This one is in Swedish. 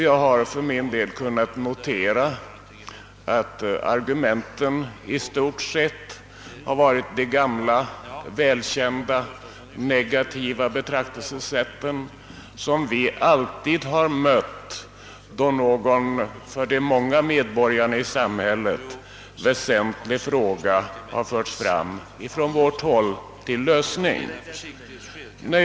Jag har för min del kunnat notera att argumenten i stort sett bestått av de gamla välkända negativa betraktelsesätt som vi alltid har mött då förslag till lösningar av någon för de många medborgarna i samhället väsentlig fråga lagts fram från vårt håll.